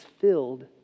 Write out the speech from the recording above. filled